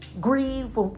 grieve